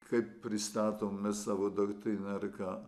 kaip pristatom mes savo doktriną ar ką